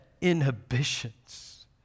inhibitions